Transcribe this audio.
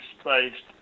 spaced